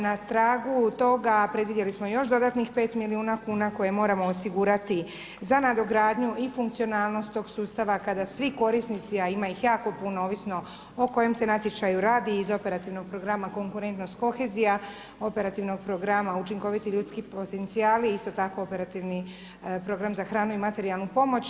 Na tragu toga predvidjeli smo još dodatnih 5 milijuna kuna koje moramo osigurati za nadogradnju i funkcionalnost tog sustava kada svi korisnici a ima ih jako puno ovisno o kojem se natječaju radi iz operativnog programa konkurentnost kohezija, operativnog programa učinkoviti ljudski potencijali, isto tako operativni program za hranu i materijalnu pomoć.